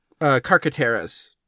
carcateras